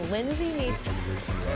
Lindsay